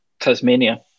Tasmania